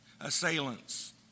assailants